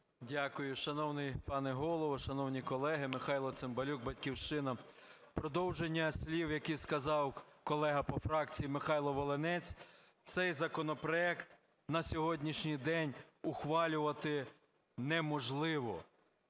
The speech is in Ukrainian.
Дякую. Шановний пане Голово, шановні колеги! Михайло Цимбалюк, "Батьківщина". В продовження слів, які сказав колега по фракції Михайло Волинець, цей законопроект на сьогоднішній день ухвалювати неможливо.